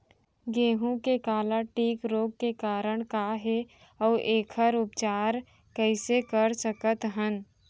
गेहूँ के काला टिक रोग के कारण का हे अऊ एखर उपचार कइसे कर सकत हन?